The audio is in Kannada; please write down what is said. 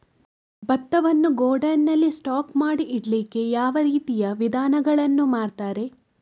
ಭತ್ತವನ್ನು ಗೋಡೌನ್ ನಲ್ಲಿ ಸ್ಟಾಕ್ ಮಾಡಿ ಇಡ್ಲಿಕ್ಕೆ ಯಾವ ರೀತಿಯ ವಿಧಾನಗಳನ್ನು ಮಾಡ್ತಾರೆ?